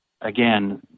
again